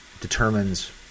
determines